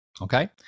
okay